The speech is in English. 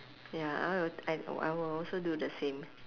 ya I will I know I will also do the same